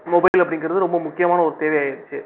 mobile அப்படிங்கிறது ரொம்ப முக்கியமான ஒரு தேவையாக இருந்துச்சு